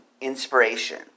inspiration